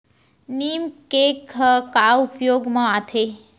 नीम cake ह का उपयोग मा आथे?